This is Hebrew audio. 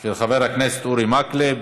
של חבר הכנסת אורי מקלב.